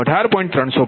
0035218